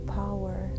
power